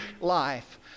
life